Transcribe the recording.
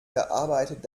verarbeitet